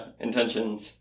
intentions